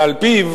ועל-פיו